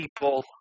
people